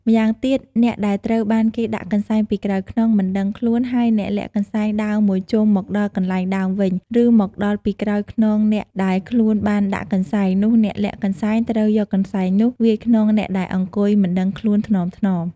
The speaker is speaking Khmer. ម្យ៉ាងទៀត អ្នកដែលត្រូវបានគេដាក់កន្សែងពីក្រោយខ្នង មិនដឹងខ្លួន ហើយអ្នកលាក់កន្សែងដើរមួយជុំមកដល់កន្លែងដើមវិញ ឬមកដល់ពីក្រោយខ្នងអ្នកដែលខ្លួនបានដាក់កន្សែង នោះអ្នកលាក់កន្សែងត្រូវយកកន្សែងនោះ វាយខ្នងអ្នកដែលអង្គុយមិនដឹងខ្លួន ថ្នមៗ។